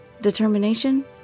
Determination